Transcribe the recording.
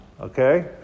okay